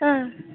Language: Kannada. ಹಾಂ